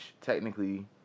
technically